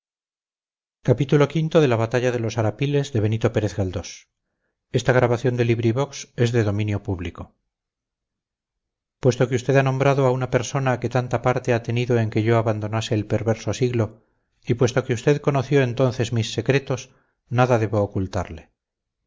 de ser burlado puesto que usted ha nombrado a una persona que tanta parte ha tenido en que yo abandonase el perverso siglo y puesto que usted conoció entonces mis secretos nada debo ocultarle